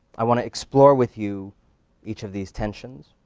i wanna explore with you each of these tensions.